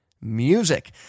music